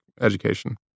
education